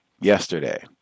yesterday